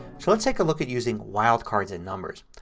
so let's take a look at using wildcards in numbers.